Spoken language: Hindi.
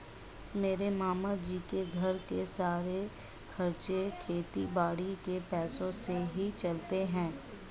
मेरे मामा जी के घर के सारे खर्चे खेती बाड़ी के पैसों से ही चलते हैं